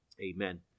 Amen